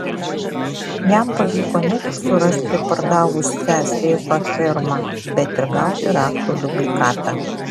jam pavyko ne tik surasti pardavusią seifą firmą bet ir gauti raktų dublikatą